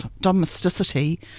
domesticity